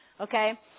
Okay